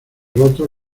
rotos